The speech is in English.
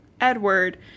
Edward